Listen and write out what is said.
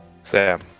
Sam